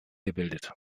gebildet